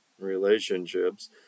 relationships